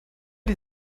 die